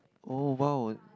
oh !wow!